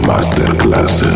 Masterclass